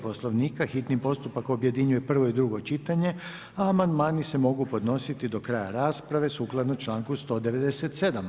Poslovnika, hitni postupak objedinjuje prvo i drugo čitanje, a amandmani se mogu podnositi do kraja rasprave, sukladno članku 197.